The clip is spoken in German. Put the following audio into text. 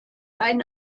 ein